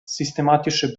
systematische